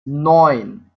neun